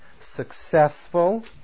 successful